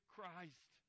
Christ